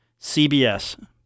CBS